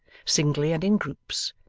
singly and in groups,